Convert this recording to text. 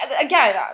again